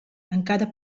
encara